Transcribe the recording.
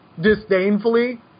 disdainfully